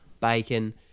bacon